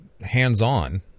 hands-on